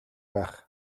байх